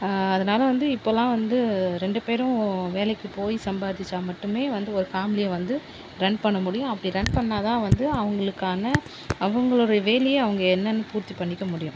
அதனால வந்து இப்போலாம் வந்து ரெண்டு பேரும் வேலைக்கு போய் சம்பாதிச்சால் மட்டுமே வந்து ஒரு ஃபேமிலியை வந்து ரன் பண்ண முடியும் அப்படி ரன் பண்ணால்தான் வந்து அவங்களுக்கான அவங்களுடைய வேலையை அவங்க என்னன்னு பூர்த்தி பண்ணிக்க முடியும்